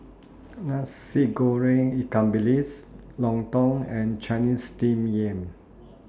Nasi Goreng Ikan Bilis Lontong and Chinese Steamed Yam